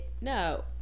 no